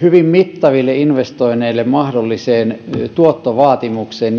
hyvin mittaville investoinneille mahdolliseen tuottovaatimukseen